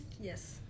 Yes